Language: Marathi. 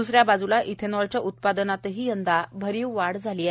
द्सऱ्या बाजूला इथेनॉलच्या उत्पादनातही यंदा भरीव वाढ झाली आहे